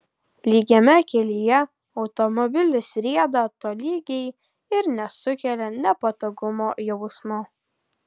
lygiame kelyje automobilis rieda tolygiai ir nesukelia nepatogumo jausmo